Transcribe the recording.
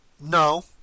No